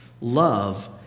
Love